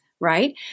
right